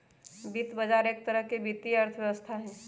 वित्त बजार एक तरह से वित्तीय व्यवस्था हई